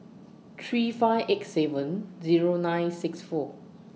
three five eight seven Zero nine six four